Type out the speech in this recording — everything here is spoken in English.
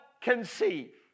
conceive